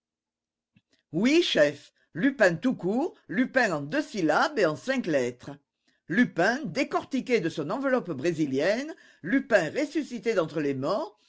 oui chef lupin tout court lupin en deux syllabes et en cinq lettres lupin décortiqué de son enveloppe brésilienne lupin ressuscité d'entre les morts